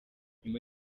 nyuma